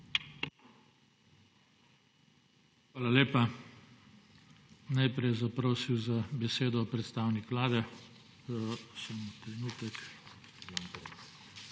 Hvala lepa. Najprej je zaprosil za besedo predstavnik Vlade.